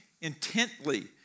intently